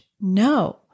No